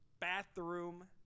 Bathroom